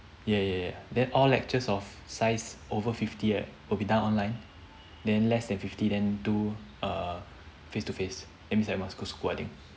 ya ya ya then all lectures of size over fifty right will be done online then less than fifty then do a face to face it means I must go school I think